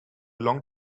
long